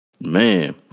Man